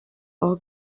all